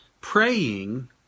praying